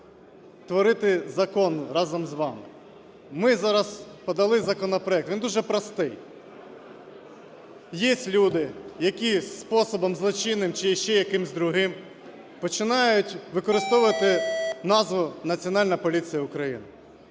творити закон разом з вами. Ми зараз подали законопроект, він дуже простий. Є люди, які способом злочинним, чи ще якимось другим, починають використовувати назву Національна поліція України.